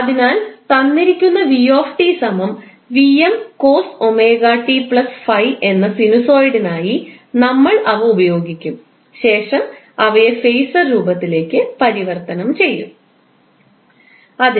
അതിനാൽ തന്നിരിക്കുന്ന എന്ന സിനുസോയിഡിനായി നമ്മൾ അവ ഉപയോഗിക്കും ശേഷം അവയെ ഫേസർ രൂപത്തിലേക്ക് പരിവർത്തനം ചെയ്യുo